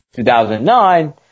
2009